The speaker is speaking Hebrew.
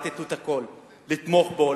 לתמוך בו,